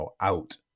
out